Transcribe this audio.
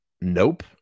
nope